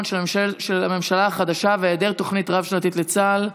של הממשלה החדשה והיעדר תוכנית רב-שנתית לצה"ל.